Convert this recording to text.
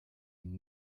ihn